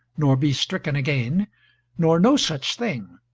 nor be stricken again nor no such thing.